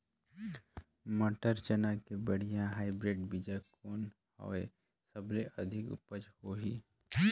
मटर, चना के बढ़िया हाईब्रिड बीजा कौन हवय? सबले अधिक उपज होही?